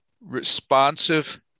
responsive